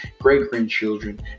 great-grandchildren